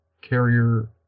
carrier